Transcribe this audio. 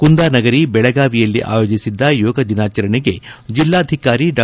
ಕುಂದಾನಗರಿ ಬೆಳಗಾವಿಯಲ್ಲಿ ಆಯೋಜಿಸಿದ್ದ ಯೋಗ ದಿನಾಚರಣೆಗೆ ಜಿಲ್ಲಾಧಿಕಾರಿ ಡಾ